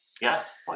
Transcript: yes